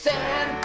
San